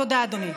תודה, אדוני.